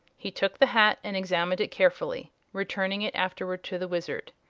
he took the hat and examined it carefully, returning it afterward to the wizard.